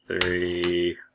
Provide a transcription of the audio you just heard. three